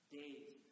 days